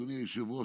אדוני היושב-ראש,